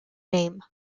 name